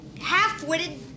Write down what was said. half-witted